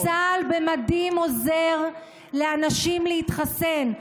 וצה"ל במדים עוזר לאנשים להתחסן.